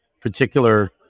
particular